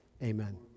Amen